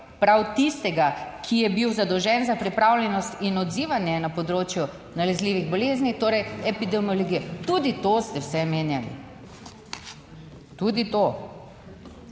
prav tistega, ki je bil zadolžen za pripravljenost in odzivanje na področju nalezljivih bolezni, torej epidemiologije, tudi to ste vse omenjali. Tudi to.